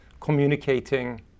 communicating